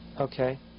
Okay